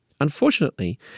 Unfortunately